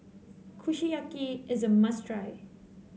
Kushiyaki is a must try